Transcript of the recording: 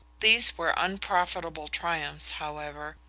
these were unprofitable triumphs, however.